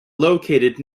located